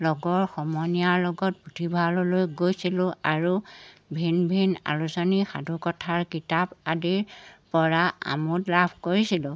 লগৰ সমনীয়াৰ লগত পুথিভঁৰাললৈ গৈছিলোঁ আৰু ভিন ভিন আলোচনী সাধুকথাৰ কিতাপ আদিৰপৰা আমোদ লাভ কৰিছিলোঁ